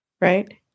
Right